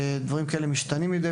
ופרטים כאלה משתנים מדי